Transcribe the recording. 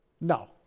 No